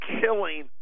killing